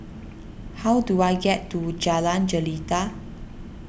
how do I get to Jalan Jelita